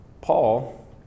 Paul